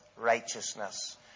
righteousness